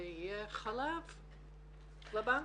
יהיה חלב לבנק.